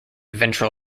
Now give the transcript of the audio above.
ventral